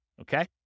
Okay